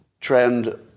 trend